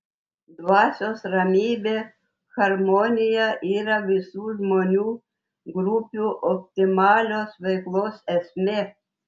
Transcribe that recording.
dvasios ramybė harmonija yra visų žmonių grupių optimalios veiklos esmė